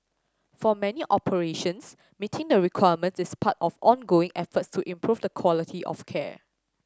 for many operations meeting the requirements is part of ongoing efforts to improve the quality of care